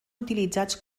utilitzats